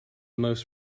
most